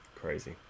crazy